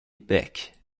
beck